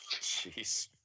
Jeez